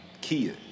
Kia